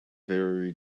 very